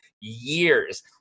years